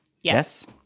Yes